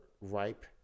ripe